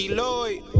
Lloyd